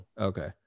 Okay